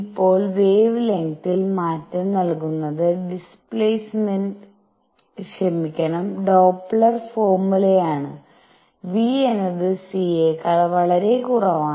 ഇപ്പോൾ വെവെലെങ്ത്തിൽ മാറ്റം നൽകുന്നത് ഡോപ്ലറിന്റെ ഫോർമുലയാണ് v എന്നത് c യേക്കാൾ വളരെ കുറവാണ്